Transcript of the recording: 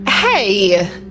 hey